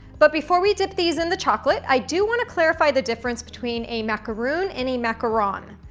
but before we dip these in the chocolate, i do want to clarify the difference between a macaroon and a macaron.